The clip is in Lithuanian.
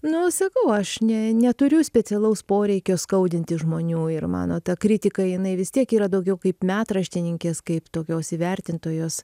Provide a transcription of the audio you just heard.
nu sakau aš ne neturiu specialaus poreikio skaudinti žmonių ir mano ta kritika jinai vis tiek yra daugiau kaip metraštininkės kaip tokios įvertintojos